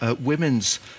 women's